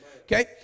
Okay